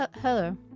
hello